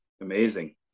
Amazing